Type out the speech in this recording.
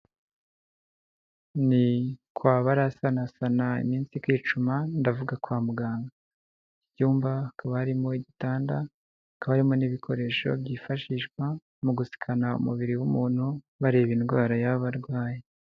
Ni kwa barasanasana iminsi kicuma ndavuga kwa muganga. Icyumba hakaba harimo igitanda, hakaba harimo n'ibikoresho byifashishwa mu gusikana umubiri w'umuntu, bareba indwara yaba arwaye.